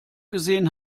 gesehen